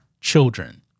children